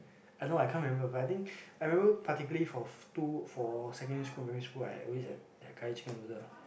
I know I can't remember but I think I remember particulary for two for secondary school primary school I always had curry chicken noodle